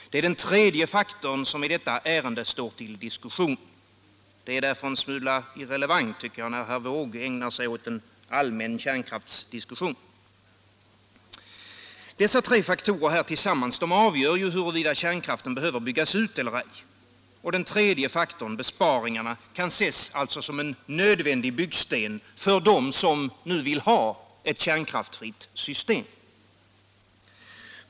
Det är denna tredje faktor som i detta ärende står till diskussion. Därför tycker jag att det är en smula irrelevant när herr Wååg ägnar sig åt en allmän kärnkraftsdiskussion. Dessa tre faktorer tillsammans avgör huruvida kärnkraften behöver byggas ut eller ej. Och den tredje faktorn, besparingarna, kan alltså ses som en nödvändig byggsten för dem som nu vill ha ett kärnkraftsfritt system.